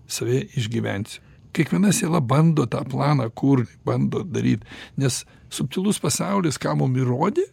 save išgyvensiu kiekviena siela bando tą planą kurt bando daryt nes subtilus pasaulis ką mum įrodė